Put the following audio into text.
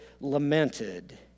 lamented